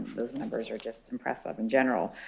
those numbers are just impressive in general.